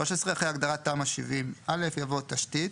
אחרי ההגדרה "תמ"א 70/א" יבוא: ""תשתית"